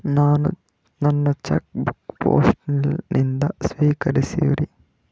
ನಾನು ನನ್ನ cheque book post ಲಿಂದ ಸ್ವೀಕರಿಸಿವ್ರಿ